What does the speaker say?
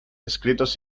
escritos